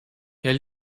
herr